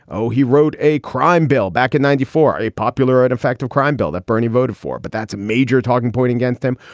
oh, he wrote a crime bill back in ninety four, a popular and effective crime bill that bernie voted for. but that's a major talking point against them,